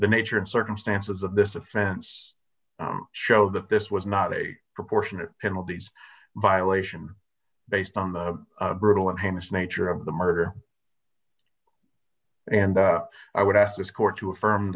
the nature and circumstances of this offense show that this was not a proportionate penalties violation based on the brutal and heinous nature of the murder and i would ask this court to affirm